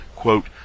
quote